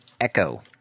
echo